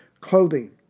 clothing